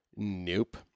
nope